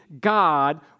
God